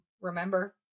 remember